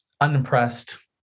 unimpressed